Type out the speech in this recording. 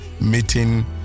meeting